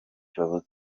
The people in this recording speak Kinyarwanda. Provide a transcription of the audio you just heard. kiyovu